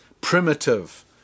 primitive